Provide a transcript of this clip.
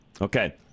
okay